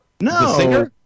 No